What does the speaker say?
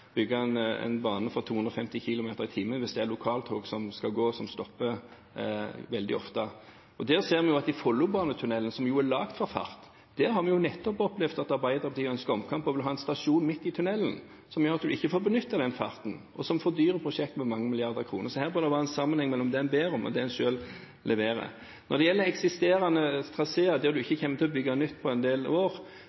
bygge en bane for 250 km/t hvis det er lokaltog som skal gå der, som stopper veldig ofte. Det ser vi i Follobane-tunnelen, som jo er laget for fart: Der har vi nettopp opplevd at Arbeiderpartiet ønsker omkamp og vil ha en stasjon midt i tunnelen, som gjør at en ikke får benyttet den farten, og som fordyrer prosjektet med mange milliarder kroner. Så her bør det være en sammenheng mellom det en ber om, og det en selv leverer. Når det gjelder eksisterende traseer der en ikke kommer til å bygge nytt på en del år,